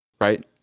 right